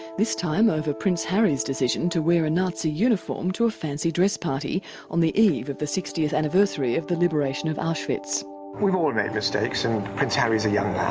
this time over prince harry's decision to wear a nazi uniform to a fancy dress party on the eve of the sixtieth anniversary of the liberation of auschwitz. we've all made mistakes, and prince harry's a yeah